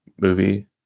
movie